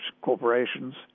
corporations